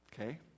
Okay